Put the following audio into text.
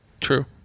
True